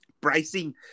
pricing